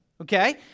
Okay